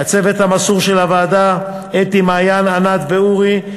לצוות המסור של הוועדה, אתי, מעיין, ענת ואורי.